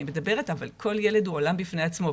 כל ילד הוא עולם בפני עצמו.